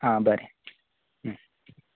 आ बरें